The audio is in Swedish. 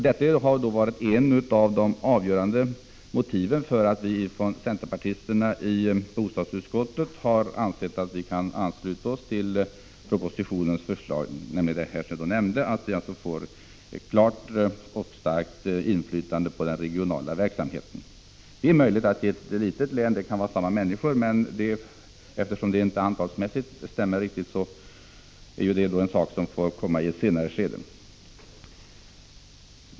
Detta har varit ett av de avgörande motiven för att vi från centerpartiets sida i bostadsutskottet kunnat ansluta oss till propositionens förslag, alltså att det blir fråga om ett klart och starkt inflytande på den regionala verksamheten. I ett litet län kanske det kan vara samma människor i båda organen, men eftersom det antalsmässigt inte stämmer, får den sidan av saken tas upp i ett senare skede.